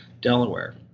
Delaware